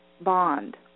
bond